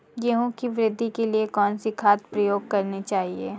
गेहूँ की वृद्धि के लिए कौनसी खाद प्रयोग करनी चाहिए?